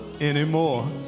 anymore